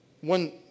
One